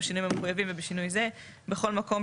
בשינויים המחויבים ובשינוי זה: בכל מקום,